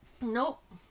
nope